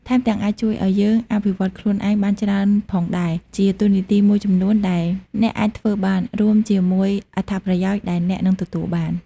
ថែមទាំងអាចជួយឱ្យយើងអភិវឌ្ឍខ្លួនឯងបានច្រើនផងដែរ ជាតួនាទីមួយចំនួនដែលអ្នកអាចធ្វើបាន រួមជាមួយអត្ថប្រយោជន៍ដែលអ្នកនឹងទទួលបាន។